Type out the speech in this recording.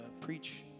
preach